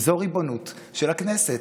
וזו ריבונות של הכנסת,